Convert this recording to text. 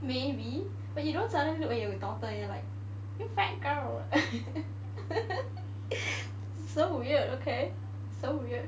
maybe but you don't suddenly look at your daughter and you're like you fat girl so weird okay so weird